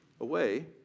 away